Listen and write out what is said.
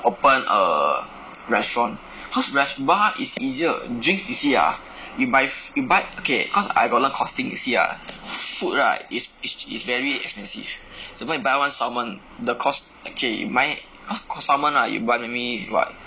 open a restaurant cause res~ bar is easier drinks you see ah you buy you buy okay cause I got learn costing you see ah food right is is very expensive so you go and buy one salmon the cost okay buy !huh! cost salmon lah maybe you buy maybe what